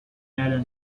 الان